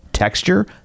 Texture